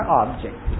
object